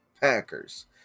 Packers